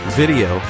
video